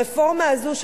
הרפורמה הזאת,